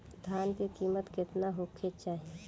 धान के किमत केतना होखे चाही?